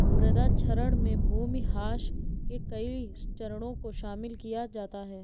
मृदा क्षरण में भूमिह्रास के कई चरणों को शामिल किया जाता है